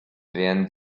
wären